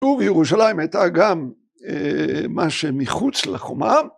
וירושלים הייתה גם מה שמחוץ לחומה.